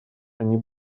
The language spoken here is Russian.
они